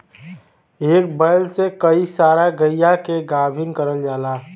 एक बैल से कई सारा गइया के गाभिन करल जाला